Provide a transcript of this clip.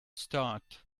start